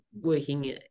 working